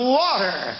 water